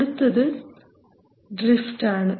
അടുത്തത് ഡ്രിഫ്റ്റ് ആണ്